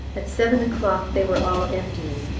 at seven o'clock they were all emptying,